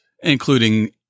including